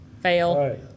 Fail